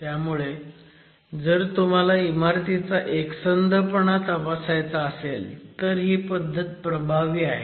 त्यामुळे जर तुम्हाला इमारतीचा एकसंध पणा तपासायचा असेल तर ही पद्धत प्रभावी आहे